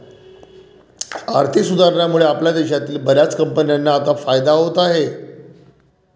आर्थिक सुधारणांमुळे आपल्या देशातील बर्याच कंपन्यांना आता फायदा होत आहे